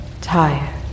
tired